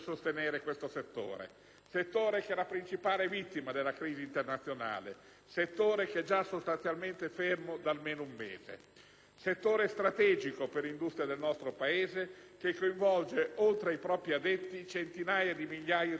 settore che è la principale vittima della crisi internazionale e che è già sostanzialmente fermo da almeno un mese. Settore strategico per l'industria del nostro Paese che coinvolge, oltre ai propri addetti, centinaia di migliaia di lavoratori dell'indotto.